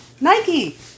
Nike